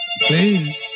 Please